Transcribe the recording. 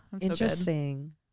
Interesting